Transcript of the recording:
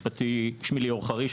שמי ליאור חריש,